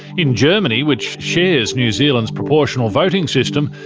in germany, which shares new zealand's proportional voting system,